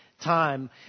time